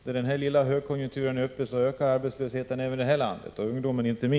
När den här lilla högkonjunkturen är över ökar arbetslösheten även i vårt land, inte minst bland ungdomen.